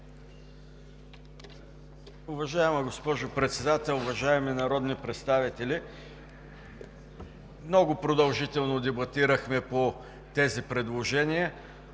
Уважаема госпожо Председател, уважаеми народни представители! Много продължително дебатирахме по тези предложения.